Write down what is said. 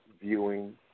viewing